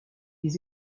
des